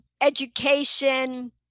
education